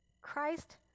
Christ